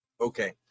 Okay